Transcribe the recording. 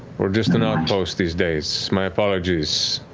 we're just an outpost these days. my apologies.